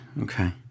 Okay